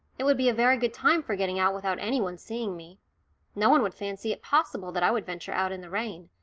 it would be a very good time for getting out without any one seeing me no one would fancy it possible that i would venture out in the rain,